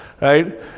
right